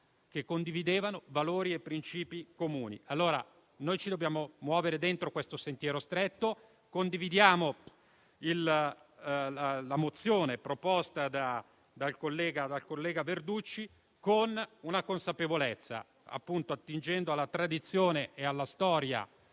che condivideva valori e principi comuni. Ci dobbiamo muovere dentro questo sentiero stretto. Condividiamo la mozione proposta dal collega Verducci, con la consapevolezza, attingendo alla tradizione, alla storia